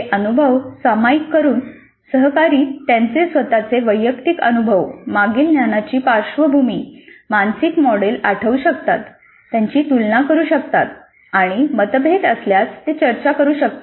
हे अनुभव सामायिक करून सहकारी त्यांचे स्वतःचे वैयक्तिक अनुभव मागील ज्ञानाची पार्श्वभूमी मानसिक मॉडेल आठवू शकतात त्यांची तुलना करू शकतात आणि मतभेद असल्यास ते चर्चा करू शकतात